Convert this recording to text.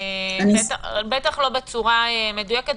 בטח לא בצורה מדויקת.